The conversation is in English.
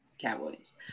cowboys